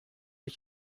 ich